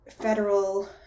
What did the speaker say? federal